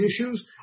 issues